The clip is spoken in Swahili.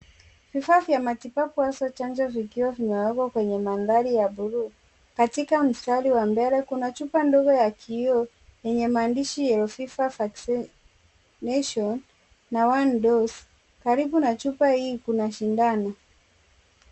Vifaa vya matibabu ikiwemo chanjo vimewekwa kwenye maandhari ya buluu katika mstari wa mbele chupa ndogo ya kioo yenye maandishi yellow fever vaccine nation na one dose. Karibu na chupa hii kuna sindano.